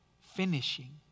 finishing